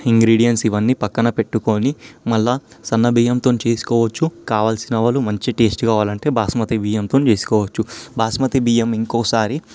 ingredients ఇవన్నీ పక్కన పెట్టుకొని మళ్ళీ సన్న బియ్యంతో చేసుకోవచ్చు కావాల్సిన వాళ్ళు మంచి టేస్ట్ కావాలంటే బాస్మతి బియ్యంతో చేసుకోవచ్చు బాస్మతి బియ్యం ఇంకోసారి